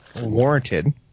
warranted